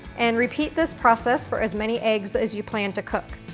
and repeat this process for as many eggs as you plan to cook.